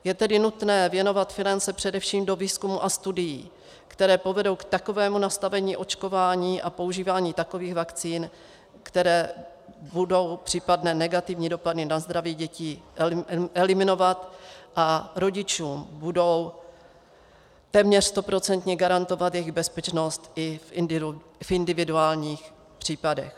Je tedy nutné věnovat finance především do výzkumu a studií, které povedou k takovému nastavení očkování a používání takových vakcín, které budou případné negativní dopady na zdraví dětí eliminovat a rodičům budou téměř stoprocentně garantovat jejich bezpečnost i v individuálních případech.